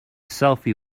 selfie